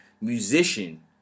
musician